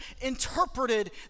interpreted